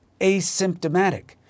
asymptomatic